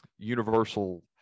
universal